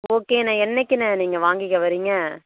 ஓகேண்ணே என்றைக்கிண்ணே நீங்கள் வாங்கிக்க வரீங்க